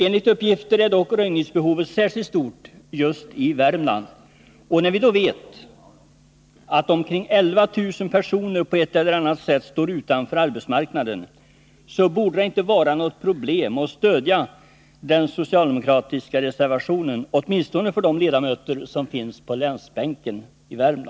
Enligt uppgift är dock röjningsbehovet särskilt stort just i Värmland, och när vi vet att omkring 11 000 personer på ett eller annat sätt står utanför arbetsmarknaden borde det inte vara något problem att stödja den socialdemokratiska reservationen, åtminstone inte för de ledamöter som finns på Värmlandsbänken.